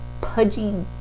pudgy